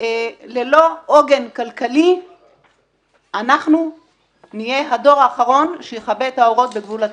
ללא עוגן כלכלי אנחנו נהיה הדור האחרון שיכבה את האורות בגבול הצפון.